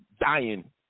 dying